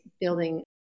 building